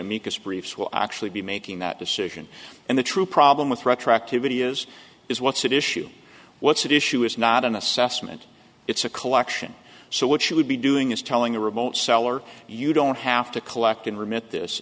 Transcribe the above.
briefs will actually be making that decision and the true problem with retroactivity is is what's at issue what's at issue is not an assessment it's a collection so what should be doing is telling the remote seller you don't have to collect and remit this